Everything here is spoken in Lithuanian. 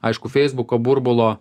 aišku feisbuko burbulo